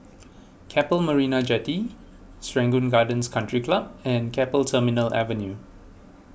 Keppel Marina Jetty Serangoon Gardens Country Club and Keppel Terminal Avenue